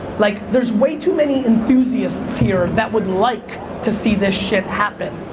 like there's way too many enthusiasts here that would like to see this shit happen.